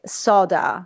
soda